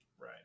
Right